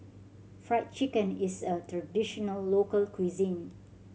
Fried Chicken is a traditional local cuisine